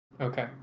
Okay